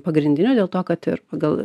pagrindinių dėl to kad ir pagal